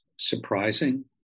surprising